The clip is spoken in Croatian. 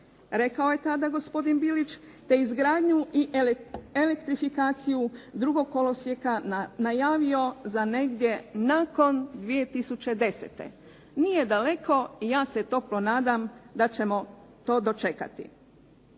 rekao je tada gospodin Bilić, te izgradnju i elektrifikaciju i izgradnju drugog kolosijeka najavio za negdje 2010. Nije daleko i ja se toplo nadam da ćemo to dočekati.